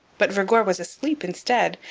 but vergor was asleep instead,